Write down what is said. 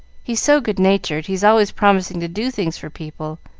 he's so good-natured he's always promising to do things for people,